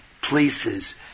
places